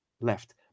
left